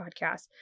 podcast